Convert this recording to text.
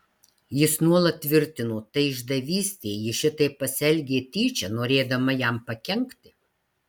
jis nuolat tvirtino tai išdavystė ji šitaip pasielgė tyčia norėdama jam pakenkti